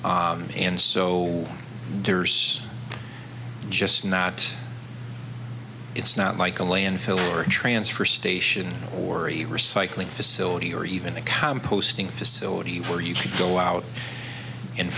and so there's just not it's not like a landfill or a transfer station or a recycling facility or even a composting facility where you can go out and